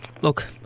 Look